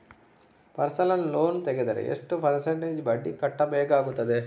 Personal loan ತೆಗೆದರೆ ಎಷ್ಟು percentage ಬಡ್ಡಿ ಕಟ್ಟಬೇಕಾಗುತ್ತದೆ?